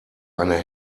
eine